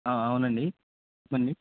అవునండి చెప్పండి